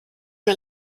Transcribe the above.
mir